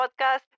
podcast